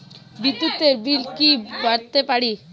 বিদ্যুতের বিল কি মেটাতে পারি?